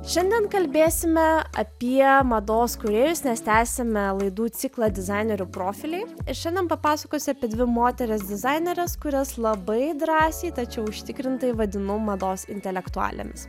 šiandien kalbėsime apie mados kūrėjus nes tęsiame laidų ciklą dizainerių profiliai ir šiandien papasakos apie dvi moteris dizaineres kurios labai drąsiai tačiau užtikrintai vadinu mados intelektualėmis